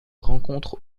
rencontre